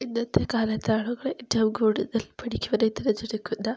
ഇന്നത്തെക്കാലത്താണ് ഏറ്റവും കൂടുതൽ പഠിക്കുവാനായി തിരഞ്ഞെടുക്കുന്ന